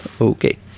Okay